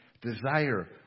desire